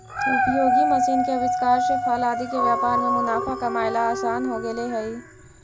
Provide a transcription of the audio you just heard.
उपयोगी मशीन के आविष्कार से फल आदि के व्यापार में मुनाफा कमाएला असान हो गेले हई